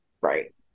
Right